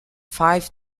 five